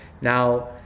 Now